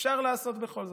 אפשר לעשות בכל זאת.